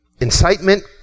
Incitement